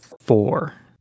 four